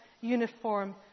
uniform